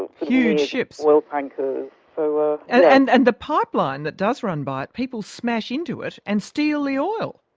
huge ships. so kind of and and and the pipeline that does run by it, people smash into it and steal the oil.